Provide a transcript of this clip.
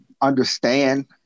understand